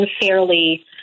unfairly